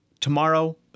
Tomorrow